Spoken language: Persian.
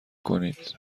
کنید